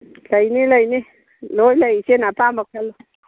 ꯂꯩꯅꯤ ꯂꯩꯅꯤ ꯂꯣꯏ ꯂꯩ ꯏꯆꯦꯅ ꯑꯄꯥꯝꯕ ꯈꯜꯂꯨ